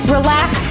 Relax